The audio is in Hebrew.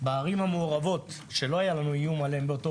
בערים המעורבות שלא היה לנו איום עליהן באותו